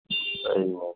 एहिमे